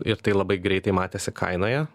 ir tai labai greitai matėsi kainoje